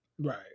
Right